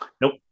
Nope